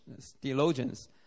theologians